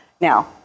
now